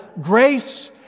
grace